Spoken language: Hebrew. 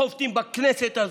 חובטים בכנסת הזאת,